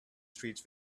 streets